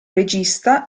regista